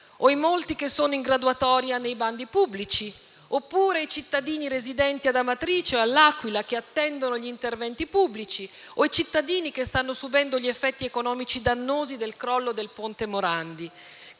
o i molti che sono in graduatoria nei bandi pubblici, oppure i cittadini residenti ad Amatrice o a L'Aquila che attendono gli interventi pubblici, o i cittadini che stanno subendo gli effetti economici dannosi del crollo del ponte Morandi,